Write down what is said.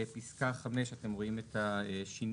בפסקה (5) אתם רואים את השינוי.